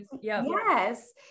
Yes